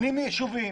פנים יישוביים.